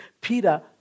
Peter